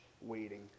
waiting